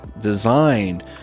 designed